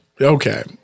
Okay